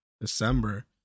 December